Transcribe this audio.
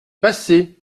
passé